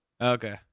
Okay